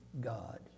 God